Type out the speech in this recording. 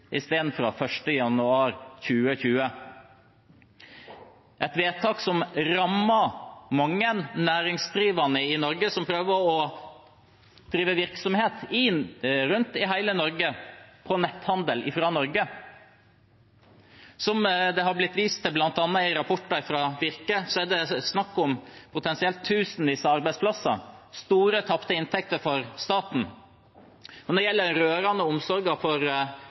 istedenfor fra 1. januar 2020. Dette er et vedtak som rammer mange næringsdrivende i Norge som prøver å drive virksomhet rundt omkring i hele Norge med netthandel fra Norge. Som det har blitt vist til i rapporter, bl.a. fra Virke, er det snakk om potensielt tusenvis av arbeidsplasser og store tapte inntekter for staten. Når det gjelder den rørende omsorgen for